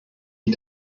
ich